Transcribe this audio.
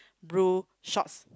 blue shorts